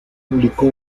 publicó